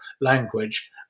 language